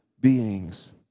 beings